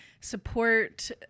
support